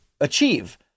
achieve